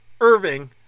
Irving